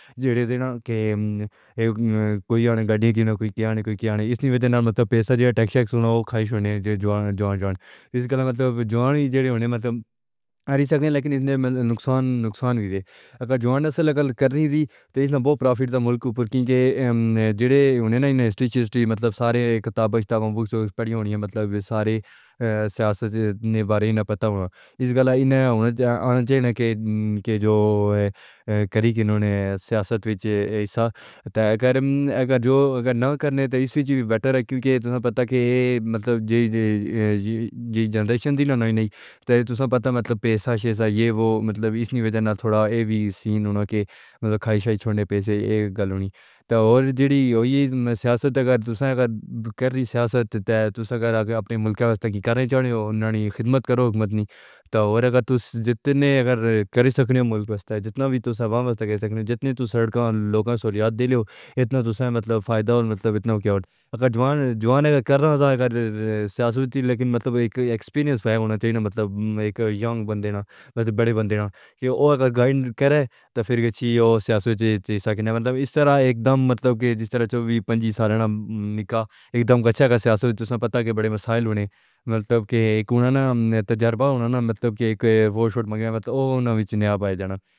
جڑی تھی نہ کہ کوئی ان گاڑیوں دی نہ کوئی کیا تے کوئی کیا اس لیے نہ مطلب پیسہ جیسی اوہ خواہش ہونی چاہیے جو جانے اس کل متعہ جانیں جڑی ہونی متعہ آ رہی ہیں لیکن اس نے نقصان نقصان وی دے اگر جواناں توں کرنی تھی تاں اس نے بہت پروفٹ ملک دی جدوجہد نہیں اس طرح مطلب ساریاں کتابیں کتابیں پڑھی ہونی ہیں مطلب ساری سیاست دے بارے وچ پتہ ہونا اس گالہ انہیں ہونا چاہیے نا کہ دے جو کریں کہ انہوں نے سیاست وچ ایسا کر اگر جو اگر نہ کرنے تھے اس پہ وی بٹر ہے کیونکہ تمہیں پتہ ہے مطلب ایہ جنریشن دی ہوئی نہیں تھی تاں سا پتہ مطلب پیسہ ایسا ایہ اوہ مطلب اس لیے تھوڑا سی نہ کہ مطلب خواہش ہی نہ ہونی تاں تے جڑی اوہی سیاست ہے اگر دوسرا اگر آپ کر رہی سیاست تے تاں سا کر آگے اپنے ملک دے واسطے دی کارروائی کریں تاں انہوں نے خدمت کرو حکومت نہیں تاں تے اگر تاں جتنے اگر کریں سکنے ملک واسطے جتنا وی تاں سبق واسطے کہہ سکتے جتنے تاں سڑکاں تے لوکاں توں حیات دے لے اتنا تاں سا مطلب فائدہ مطلب اتنا ہو گیا اگر جوان جوان کر رہا تھا اگر سیاسی تھی لیکن مطلب اک ایکسپیرینس ہونا چاہیے نا مطلب اک یانگ بندے نا بڑے بندے نا کہ اوہ اگر گائیڈ کرے تاہم فی الحال سیاست وچ حصہ نہیں لینا مطلب اس طرح اک دم مطلب کہ جس طرح چوبیس پنجیس سالانہ نکاح اک دم کچھ سیاست تاں سا پتہ کہ وڈے مسائل ہونے مطلب کہ انہوں نے تجربہ ہونا مطلب کہ وو شوٹ وچ تے نہ وچ نیا وی جانا۔